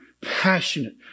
passionate